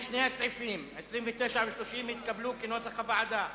סעיף 24 כנוסח הוועדה התקבל.